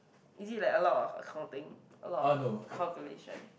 is it like a lot of accounting a lot of calculation